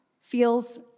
feels